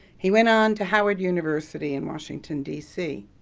he went on to howard university in washington, d c.